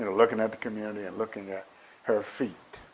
and looking at the community and looking at her feat,